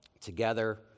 together